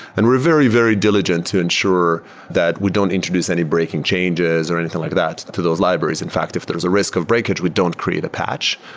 and we're very, very diligent to ensure that we don't introduce any breaking changes or anything like that to those libraries. in fact, if there is a risk of breakage, we don't create a patch.